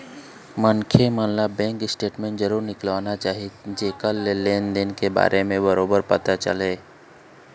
मनखे ल bank statement जरूर निकालना चाही जेखर ले लेन देन के बारे म बरोबर पता चलय